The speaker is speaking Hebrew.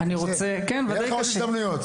יהיו לך עוד הזדמנויות.